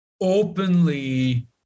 openly